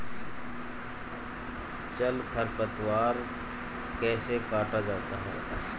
जल खरपतवार कैसे काटा जाता है?